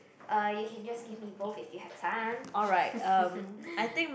uh you can just give me both if you have time